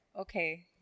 Okay